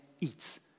eats